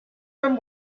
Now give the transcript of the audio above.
from